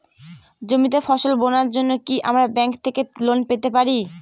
জমিতে ফসল বোনার জন্য কি আমরা ব্যঙ্ক থেকে লোন পেতে পারি?